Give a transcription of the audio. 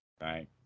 Right